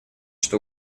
что